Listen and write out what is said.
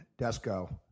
Desco